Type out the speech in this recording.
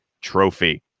trophy